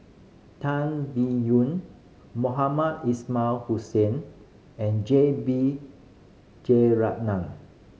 Tan Biyun Mohamed Ismail Hussain and J B Jeyaretnam